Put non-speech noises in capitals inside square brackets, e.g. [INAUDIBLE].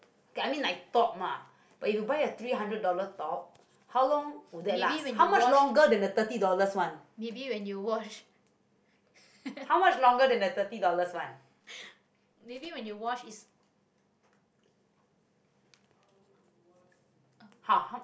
maybe when you wash maybe when you wash [LAUGHS] maybe when you wash is